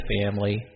family